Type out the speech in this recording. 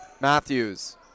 Matthews